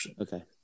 Okay